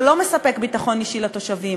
שלא מספק ביטחון אישי לתושבים.